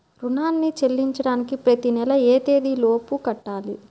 రుణాన్ని చెల్లించడానికి ప్రతి నెల ఏ తేదీ లోపు కట్టాలి?